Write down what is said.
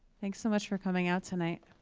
thanks so much for coming out tonight.